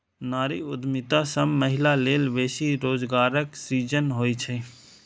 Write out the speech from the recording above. नारी उद्यमिता सं महिला लेल बेसी रोजगारक सृजन होइ छै